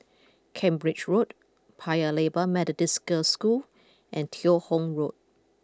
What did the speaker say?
Cambridge Road Paya Lebar Methodist Girls' School and Teo Hong Road